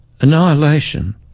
annihilation